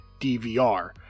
DVR